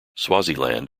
swaziland